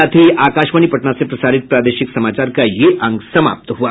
इसके साथ ही आकाशवाणी पटना से प्रसारित प्रादेशिक समाचार का ये अंक समाप्त हुआ